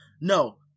No